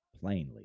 plainly